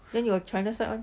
then your china's side one